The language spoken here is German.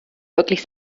wirklich